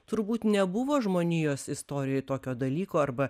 turbūt nebuvo žmonijos istorijoj tokio dalyko arba